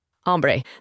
Hombre